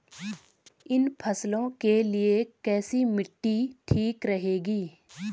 इन फसलों के लिए कैसी मिट्टी ठीक रहेगी?